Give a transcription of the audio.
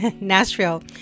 Nashville